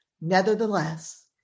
Nevertheless